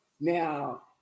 Now